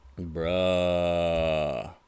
bruh